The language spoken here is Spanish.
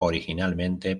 originalmente